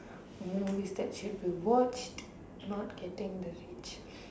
movies that should be watched not getting the reach